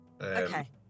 Okay